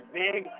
big